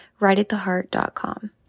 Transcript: rightattheheart.com